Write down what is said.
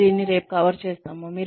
మనము దీన్ని రేపు కవర్ చేస్తాము